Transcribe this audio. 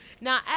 Now